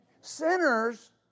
Sinners